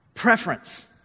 Preference